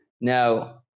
Now